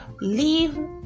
Leave